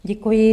Děkuji.